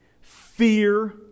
Fear